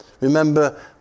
Remember